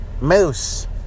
Moose